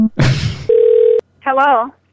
Hello